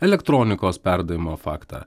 elektronikos perdavimo faktą